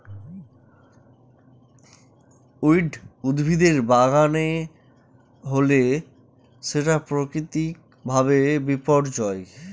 weed উদ্ভিদের বাগানে হলে সেটা প্রাকৃতিক ভাবে বিপর্যয়